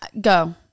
Go